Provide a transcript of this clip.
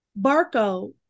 barco